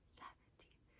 seventeen